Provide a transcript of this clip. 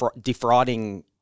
defrauding